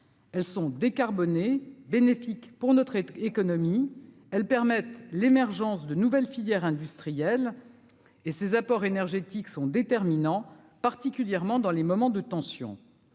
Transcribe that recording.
Elles sont décarbonés bénéfiques pour notre économie, elles permettent l'émergence de nouvelles filières industrielles et ses apports énergétiques sont déterminants, particulièrement dans les moments de tension